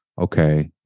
okay